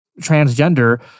transgender